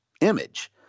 image